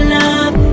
love